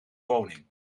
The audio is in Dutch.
woning